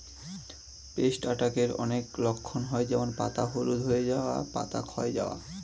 paste অ্যাটাকের অনেক লক্ষণ হয় যেমন পাতা হলুদ হয়ে যাওয়া, পাতা ক্ষয় যাওয়া